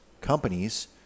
companies